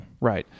Right